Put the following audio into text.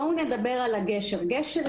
בואו נדבר על הגשר,